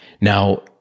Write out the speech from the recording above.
now